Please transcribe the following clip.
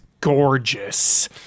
gorgeous